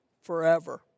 forever